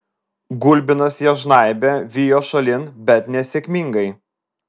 gulbinas ją žnaibė vijo šalin bet nesėkmingai